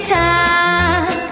time